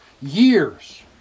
years